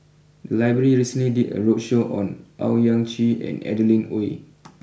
the library recently did a roadshow on Owyang Chi and Adeline Ooi